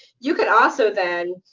you could also, then,